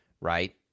right